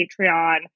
Patreon